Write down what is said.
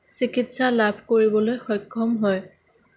চিকিৎসা লাভ কৰিবলৈ সক্ষম হয়